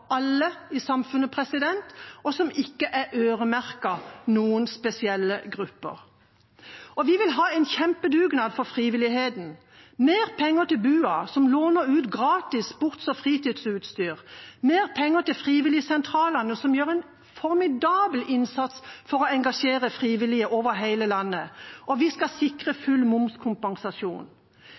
alle i samfunnet, og som ikke er øremerket noen spesielle grupper. Vi vil ha en kjempedugnad for frivilligheten, mer penger til bua som låner ut gratis sports- og fritidsutstyr, mer penger til frivilligsentralene, som gjør en formidabel innsats for å engasjere frivillige over hele landet, og vi skal sikre full momskompensasjon.